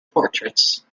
portraits